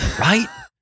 Right